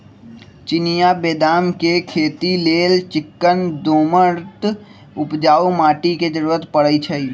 चिनियाँ बेदाम के खेती लेल चिक्कन दोमट उपजाऊ माटी के जरूरी पड़इ छइ